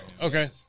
Okay